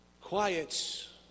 quiets